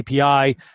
API